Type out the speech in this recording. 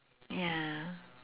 ya